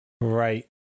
Right